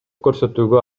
көрсөтүүгө